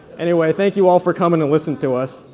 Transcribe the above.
anyway, thank you all for coming and listening to us.